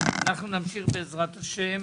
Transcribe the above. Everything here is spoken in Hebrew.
כשאנחנו נמשיך בעזרת השם